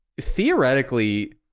theoretically